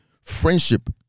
friendship